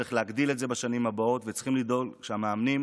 צריכים להגדיל את זה בשנים הבאות וצריכים לדאוג שהמאמנים